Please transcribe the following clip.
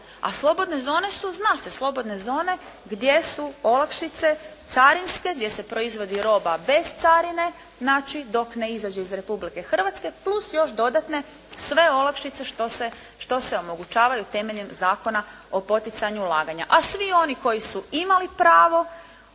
a slobodne zone su zna se slobodne zone gdje su olakšice carinske, gdje se proizvodi roba bez carine, znači dok ne izađe iz Republike Hrvatske plus još dodatne sve olakšice što se omogućavaju temeljem Zakona o poticanju ulaganja. A svi oni koji su imali pravo